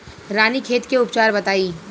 रानीखेत के उपचार बताई?